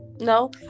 No